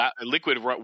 Liquid